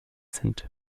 sind